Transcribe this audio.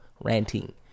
Ranting